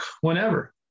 whenever